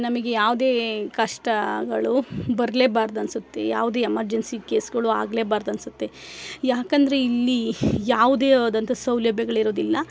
ನಮಗೆ ಯಾವುದೇ ಕಷ್ಟಗಳು ಬರ್ಲೇಬಾರ್ದು ಅನಿಸುತ್ತೆ ಯಾವುದೇ ಎಮರ್ಜನ್ಸಿ ಕೇಸ್ಗಳು ಆಗ್ಲೇಬಾರ್ದು ಅನ್ಸುತ್ತೆ ಯಾಕಂದರೆ ಇಲ್ಲಿ ಯಾವುದೇ ಆದಂಥ ಸೌಲಭ್ಯಗಳಿರುವುದಿಲ್ಲ